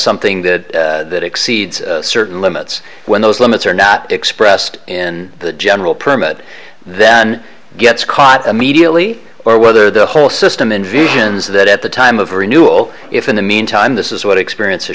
something that it exceeds certain limits when those limits are not expressed in the general permit then gets caught immediately or whether the whole system envisions that at the time of renewal if in the meantime this is what experience ha